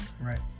Right